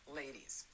ladies